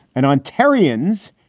and ontarians.